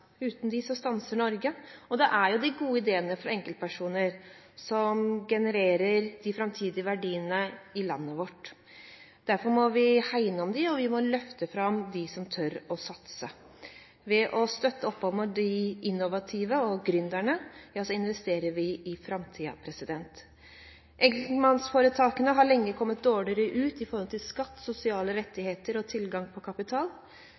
Uten dem stanser Norge. Det er de gode ideene fra enkeltpersoner som genererer de framtidige verdiene i landet vårt. Derfor må vi hegne om dem, og vi må løfte fram dem som tør satse. Ved å støtte opp om de innovative og gründerne, investerer vi i framtiden. Enkeltpersonforetakene har lenge kommet dårligere ut når det gjelder skatt, sosiale rettigheter og tilgang på kapital.